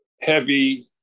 heavy